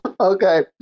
Okay